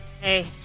hey